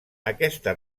aquesta